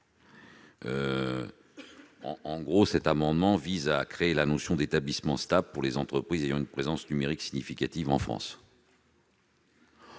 Éric Bocquet. Il vise à créer la notion d'établissement stable pour les entreprises ayant une présence numérique significative en France.